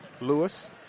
Lewis